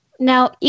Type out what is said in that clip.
Now